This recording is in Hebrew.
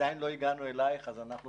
עדיין לא הגענו למחקר האחרון שלך, אז ברשותך